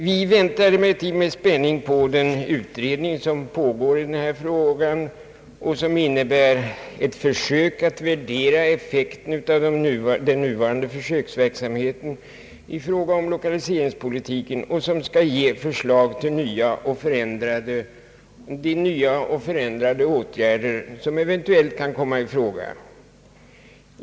Vi väntar emellertid med spänning på den utredning som pågår i denna fråga och som innebär ett försök att värdera effekten av den nuvarande försöksverksamheten i fråga om lokaliseringspolitiken och som eventuellt skall ge förslag till nya och förändrade åtgärder.